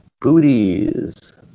Booties